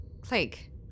click